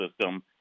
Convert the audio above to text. system